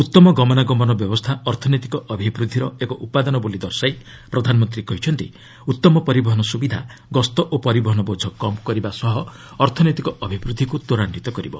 ଉତ୍ତମ ଗମନାଗମନ ବ୍ୟବସ୍ଥା ଅର୍ଥନୈତିକ ଅଭିବୃଦ୍ଧିର ଏକ ଉପାଦାନ ବୋଲି ଦର୍ଶାଇ ପ୍ରଧାନମନ୍ତ୍ରୀ କହିଛନ୍ତି ଉତ୍ତମ ପରିବହନ ସୁବିଧା ଗସ୍ତ ଓ ପରିବହନ ବୋଝ କମ୍ କରିବା ସହ ଅର୍ଥନୈତିକ ଅଭିବୃଦ୍ଧିକୁ ତ୍ୱରାନ୍ୱିତ କରିବ